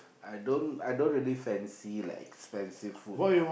I don't I don't really fancy like expensive food